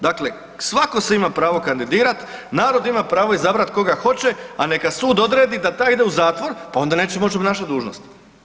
Dakle, svako se ima pravo kandidirat, narod ima pravo izabrat koga hoće, a neka sud odredi da taj ide u zatvor, pa onda neće moć obnašat dužnost.